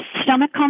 stomach